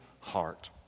heart